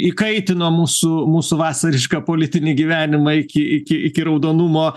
įkaitino mūsų mūsų vasarišką politinį gyvenimą iki iki iki raudonumo